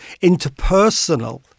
interpersonal